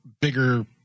bigger